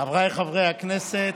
חבריי חברי הכנסת,